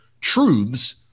truths